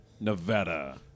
Nevada